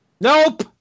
Nope